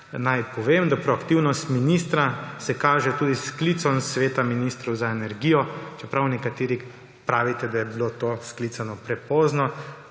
Naj povem, da proaktivnost ministra se kaže tudi s sklicem sveta ministrov za energijo, čeprav nekateri pravite, da je bilo to sklicano prepozno,